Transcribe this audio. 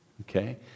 Okay